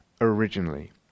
originally